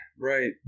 right